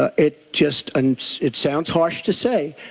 ah it just, and it sounds harsh to say,